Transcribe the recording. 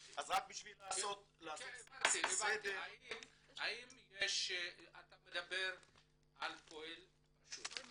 אז רק בשביל לעשות סדר --- אמרת שאתה מדבר על פועל פשוט,